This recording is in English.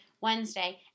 Wednesday